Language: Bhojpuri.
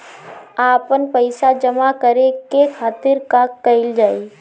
आपन पइसा जमा करे के खातिर का कइल जाइ?